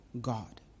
God